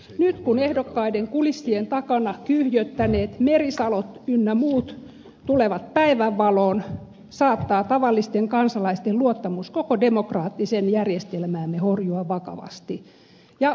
nyt kun ehdokkaiden kulissien takana kyhjöttäneet merisalot ynnä muut tulevat päivänvaloon saattaa tavallisten kansalaisten luottamus koko demokraattiseen järjestelmäämme horjua vakavasti ja aivan syystä